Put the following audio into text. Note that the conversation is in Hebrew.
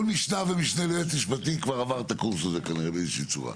כל משנה ומשנה ליועץ משפטי כבר עבר את הקורס הזה באיזושהי צורה.